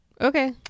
Okay